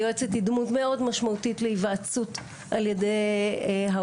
היועצת היא דמות מאוד משמעותית להיוועצות על ידי ההורים.